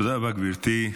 תודה רבה, גברתי.